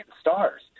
stars